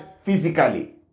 physically